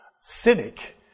cynic